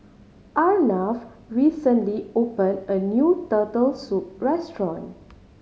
Arnav recently opened a new Turtle Soup restaurant